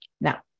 now